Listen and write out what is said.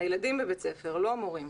הילדים בבית ספר, לא המורים.